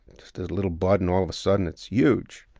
just this little bud and all of a sudden, it's huge,